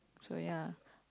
so ya